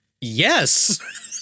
yes